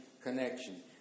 connection